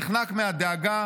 נחנק מהדאגה,